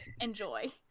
enjoy